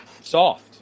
soft